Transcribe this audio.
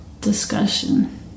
discussion